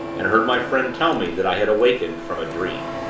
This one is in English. and heard my friend tell me that i had awakened from a dream.